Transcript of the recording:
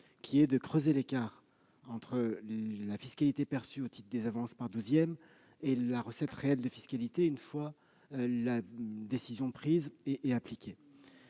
un creusement de l'écart entre la fiscalité perçue au titre des avances par douzièmes et la recette réelle de fiscalité une fois la décision prise et appliquée.